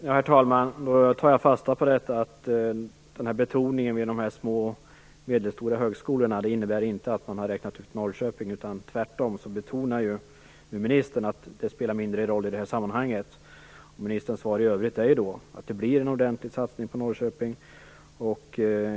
Herr talman! Då tar jag tar fasta på att betoningen på de små och medelstora högskolorna inte innebär att man har räknat ut Norrköping. Tvärtom betonar ju ministern att det spelar mindre roll i det här sammanhanget. Ministerns svar i övrigt är att det blir en ordentlig satsning på Norrköping.